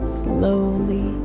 slowly